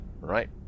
Right